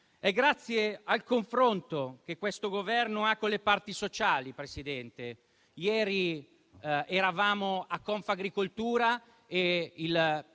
grazie al confronto che questo Governo ha con le parti sociali, Presidente. Ieri eravamo a Confagricoltura e il